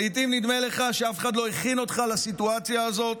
לעיתים נדמה לך שאף אחד לא הכין אותך לסיטואציה הזאת,